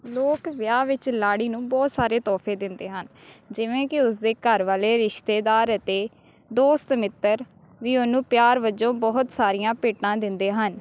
ਲੋਕ ਵਿਆਹ ਵਿੱਚ ਲਾੜੀ ਨੂੰ ਬਹੁਤ ਸਾਰੇ ਤੋਹਫ਼ੇ ਦਿੰਦੇ ਹਨ ਜਿਵੇਂ ਕਿ ਉਸ ਦੇ ਘਰ ਵਾਲੇ ਰਿਸ਼ਤੇਦਾਰ ਅਤੇ ਦੋਸਤ ਮਿੱਤਰ ਵੀ ਉਹਨੂੰ ਪਿਆਰ ਵਜੋਂ ਬਹੁਤ ਸਾਰੀਆਂ ਭੇਟਾਂ ਦਿੰਦੇ ਹਨ